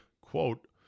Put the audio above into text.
quote